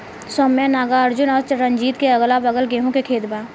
सौम्या नागार्जुन और रंजीत के अगलाबगल गेंहू के खेत बा